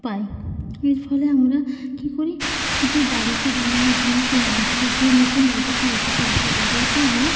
পাই এর ফলে আমরা কী করি যে বাড়িতে বানানো জিনিস নিয়ে আসলে কেউ নতুন বাড়িতে কেউ অতিথি আসলে তাদেরকে আমরা